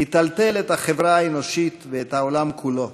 יטלטל את החברה האנושית ואת העולם כולו.